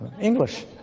English